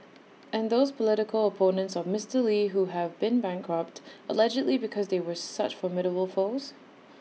and those political opponents of Mister lee who have been bankrupted allegedly because they were such formidable foes